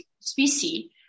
species